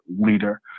leader